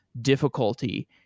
difficulty